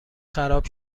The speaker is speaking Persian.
خراب